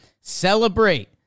celebrate